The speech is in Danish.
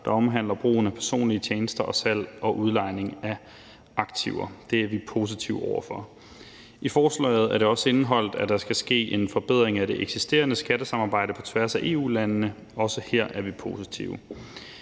der omhandler brugen af personlige tjenester og salg og udlejning af aktiver. Det er vi positive over for. I forslaget er det også indeholdt, at der skal ske en forbedring af det eksisterende skattesamarbejde på tværs af EU-landene, og også her er vi positive.